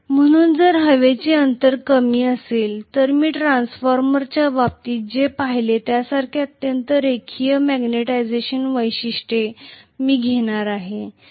म्हणून जर हवेची अंतर कमी असेल तर मी ट्रान्सफॉर्मरच्या बाबतीत जे पाहिले त्यासारखे अत्यंत रेखीय मॅग्नेटिझेशन वैशिष्ट्ये मी घेणार आहे